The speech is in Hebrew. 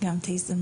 גם את ההזדמנות.